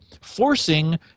Forcing